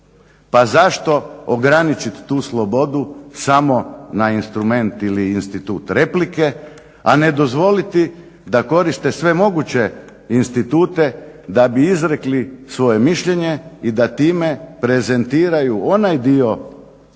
Pa zašto ograničit tu slobodu samo na instrument ili institut replike, a ne dozvoliti da koriste sve moguće institute da bi izrekli svoje mišljenje i da time prezentiraju onaj dio pučanstva